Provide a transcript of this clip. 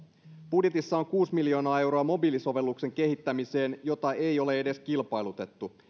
budjetissa on kuusi miljoonaa euroa mobiilisovelluksen kehittämiseen jota ei ole edes kilpailutettu